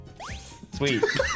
Sweet